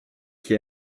qui